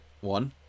one